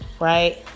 right